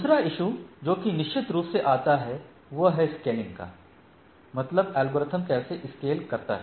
दूसरा इशु जो कि निश्चित रूप से आता है वह है स्केलिंग का मतलब एल्गोरिदम कैसे स्केल करता है